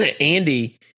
Andy